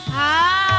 aa